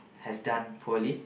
has done poorly